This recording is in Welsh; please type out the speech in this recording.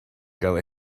gael